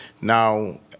now